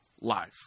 life